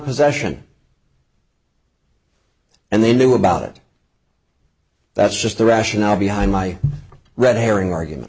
possession and they knew about it that's just the rationale behind my red herring argument